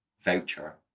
voucher